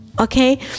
okay